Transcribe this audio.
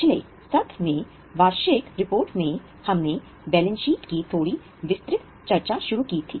पिछले सत्र में वार्षिक रिपोर्ट में हमने बैलेंस शीट की थोड़ी विस्तृत चर्चा शुरू की थी